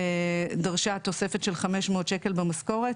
דרשה תוספת של 500 שקלים למשכורת.